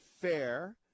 fair